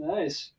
Nice